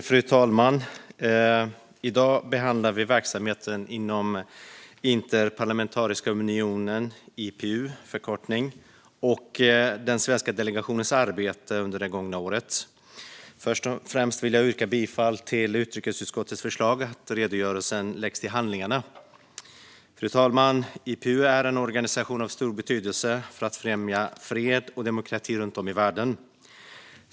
Fru talman! I dag behandlar vi verksamheten inom Interparlamentariska unionen, IPU, och den svenska delegationens arbete under det gångna året. Först och främst vill jag yrka bifall till utrikesutskottets förslag att redogörelsen läggs till handlingarna. Fru talman! IPU är en organisation av stor betydelse för att främja fred och demokrati runt om i världen.